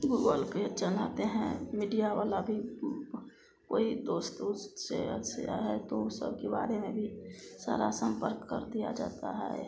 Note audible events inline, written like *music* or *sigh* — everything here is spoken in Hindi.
गूगलपे चलाते हैं मिडिया वाला भी *unintelligible* कोई दोस्त ऊस्त से अच्छा है तो ऊ सबके बारे में भी सारा सम्पर्क कर दिया जाता है